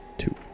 two